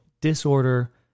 disorder